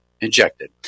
injected